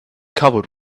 covered